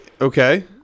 Okay